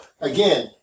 again